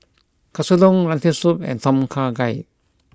Katsudon Lentil Soup and Tom Kha Gai